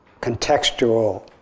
contextual